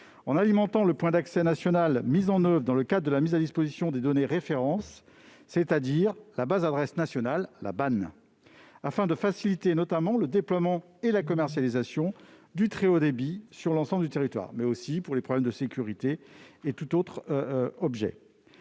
en alimentant le point d'accès national mis en oeuvre dans le cadre de la mise à disposition des données de référence, c'est-à-dire la base adresse nationale (BAN), afin notamment de faciliter le déploiement et la commercialisation du très haut débit sur l'ensemble du territoire, mais aussi pour des raisons de sécurité. Les conditions